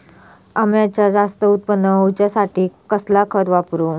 अम्याचा जास्त उत्पन्न होवचासाठी कसला खत वापरू?